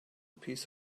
piece